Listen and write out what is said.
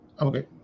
okay